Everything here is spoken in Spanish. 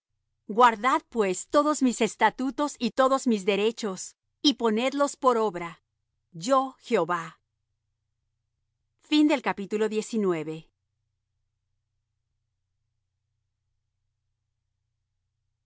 guardad pues todos mis estatutos y todos mis derechos y ponedlos por obra yo jehová y